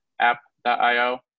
app.io